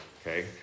Okay